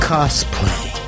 Cosplay